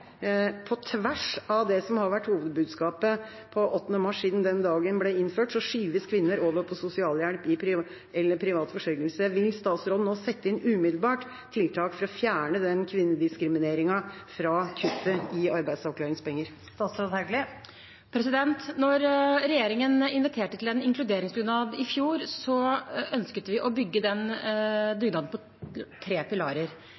På tvers av det som har vært hovedbudskapet på 8. mars siden den dagen ble innført, skyves kvinner over på sosialhjelp eller privat forsørgelse. Vil statsråden nå umiddelbart sette inn tiltak for å fjerne den kvinnediskrimineringen fra kuttet i arbeidsavklaringspenger? Da regjeringen inviterte til en inkluderingsdugnad i fjor, ønsket vi å bygge den dugnaden på tre pilarer.